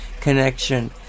connection